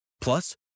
Plus